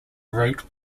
wrote